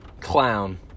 Clown